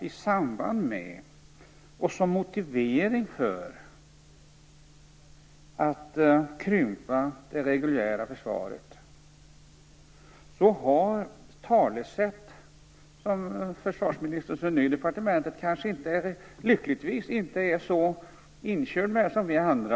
I samband med och som motivering för att man krymper det reguljära försvaret finns talesätt som försvarsministern som ny i departementet lyckligtvis inte är så inkörd på som vi andra.